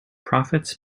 profits